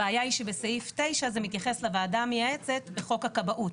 הבעיה היא שבסעיף 9 זה מתייחס לוועדה המייעצת בחוק הכבאות.